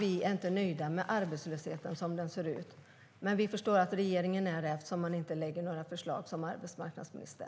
Vi är inte nöjda med arbetslösheten som den ser ut. Men vi förstår att regeringen är det, eftersom arbetsmarknadsministern inte lägger några förslag.